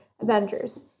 Avengers